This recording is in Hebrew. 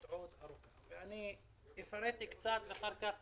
אין ספק שהאחוז